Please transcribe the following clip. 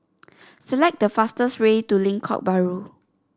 select the fastest way to Lengkok Bahru